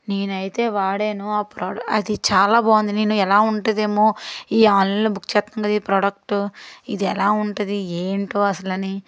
నేనైతే వాడేను అది చాలా బాగుంది నేను ఎలా ఉంటుందేమో ఈ ఆన్లైన్లో బుక్ ఈ ప్రోడక్ట్ ఇది ఎలా ఉంటుంది ఏంటో అసలు అని